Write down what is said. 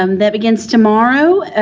um that begins tomorrow.